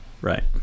Right